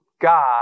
God